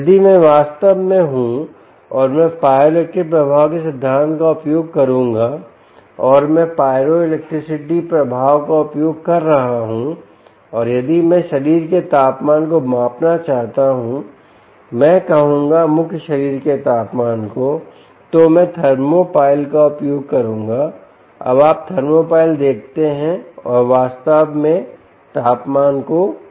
यदि मैं वास्तव में हूं और मैं Pyroelectric प्रभाव के सिद्धांत का उपयोग करूंगा और अगर मैं Pyroelectricity प्रभाव का उपयोग कर रहा हूं और यदि मैं शरीर के तापमान को मापना चाहता हूं मैं कहूंगा मुख्य शरीर के तापमान को तो मैं थर्मोपाइल का उपयोग करूंगा अब आप थर्मोपाइल देखते हैं और वास्तव में तापमान को मापता है